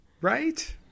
Right